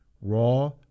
raw